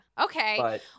Okay